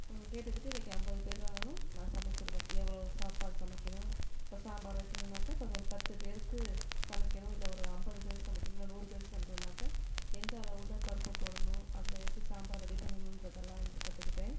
கேட்டுக்கிட்டு இன்னக்கு ஐம்பது பேர் ஆனாலும் நான் சமைச்சுருவேன் எவ்வளோ சாப்பாடு சமைக்கணும் இப்போ சாம்பார் வைக்கணுன்னாக்கா இப்போ ஒரு பத்து பேருக்கு சமைக்கணும் இல்லை ஒரு ஐம்பது பேருக்கு சமைக்கணும் இல்லை நுாறு பேருக்கு சமைக்கணுன்னாக்கா எந்த அளவில் பருப்பு போடணும் அதில் எப்படி சாம்பார் ரெடி பண்ணணுன்றதெல்லாம் வந்து கற்றுக்கிட்டேன்